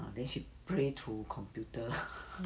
then she pray to computer